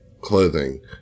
clothing